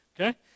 Okay